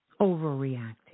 overreacting